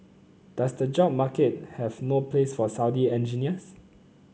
does the job market have no place for Saudi engineers